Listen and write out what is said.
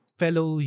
fellow